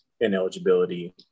ineligibility